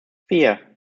vier